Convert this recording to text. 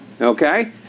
okay